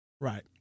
Right